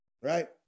right